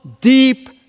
deep